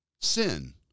Sin